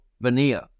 veneer